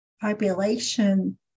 Population